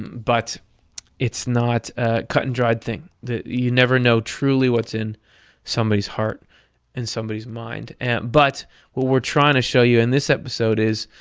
but it's not a cut and dried thing. you never know truly what's in somebody's heart and somebody's mind. and but what we're trying to show you in this episode is,